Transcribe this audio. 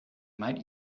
might